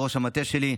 ראש המטה שלי,